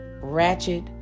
ratchet